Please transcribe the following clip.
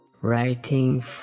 Writing